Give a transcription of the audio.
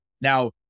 now